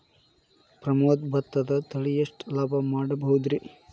ಪ್ರಮೋದ ಭತ್ತದ ತಳಿ ಎಷ್ಟ ಲಾಭಾ ಮಾಡಬಹುದ್ರಿ?